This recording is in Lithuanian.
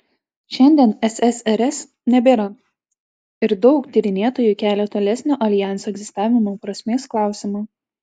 šiandien ssrs nebėra ir daug tyrinėtojų kelia tolesnio aljanso egzistavimo prasmės klausimą